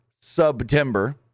September